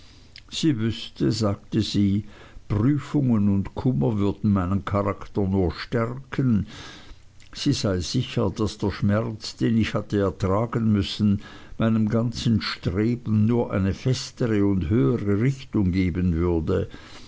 sie wüßte sagte sie prüfungen und kummer würden meinen charakter nur stärken sie sei sicher daß der schmerz den ich hatte ertragen müssen meinem ganzen streben nur eine festere und höhere richtung geben würde